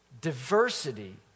diversity